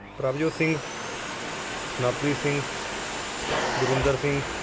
Prabhjot Singh Navpreet Singh Gurinder Singh